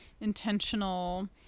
Intentional